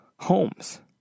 homes